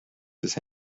this